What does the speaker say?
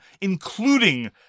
including